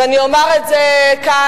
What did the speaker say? ואני אומר את זה כאן,